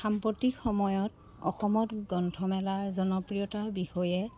সাম্প্ৰতিক সময়ত অসমত গ্ৰন্থমেলাৰ জনপ্ৰিয়তাৰ বিষয়ে